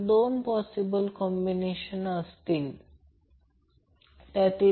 तर हा प्रॉब्लेम प्रत्यक्षात मी सोडविला नाही हे शोधून काढावे लागेल